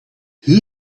who